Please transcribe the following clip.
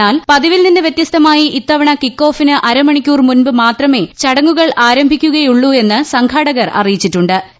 എന്നാൽ പതിവിൽ നിന്ന് വ്യത്യസ്തമായി ഇത്തവണ കിക്കോഫിന് അരമണിക്കൂർ മുൻപ് മാത്രമേ ചടങ്ങുകൾ ആരംഭിക്കുകയുള്ളൂവെന്ന് സംഘാടകർ അറിയിച്ചിട്ടു ്